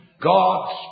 God's